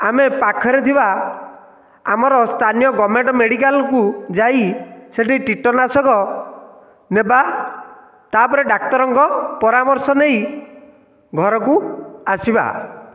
ଆମେ ପାଖରେ ଥିବା ଆମର ସ୍ଥାନୀୟ ଗଭର୍ଣ୍ଣମେଣ୍ଟ ମେଡ଼ିକାଲକୁ ଯାଇ ସେଠି କୀଟନାଶକ ନେବା ତା'ପରେ ଡାକ୍ତରଙ୍କ ପରାମର୍ଶ ନେଇ ଘରକୁ ଆସିବା